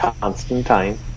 Constantine